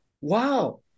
wow